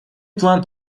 план